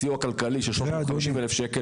סיוע כלכלי של 350,000 שקלים.